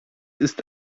ist